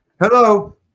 Hello